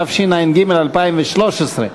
התשע"ג 2013,